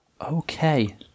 Okay